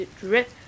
drip